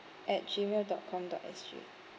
at Gmail dot com dot S G